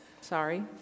Sorry